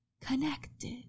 connected